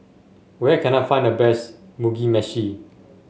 where can I find the best Mugi Meshi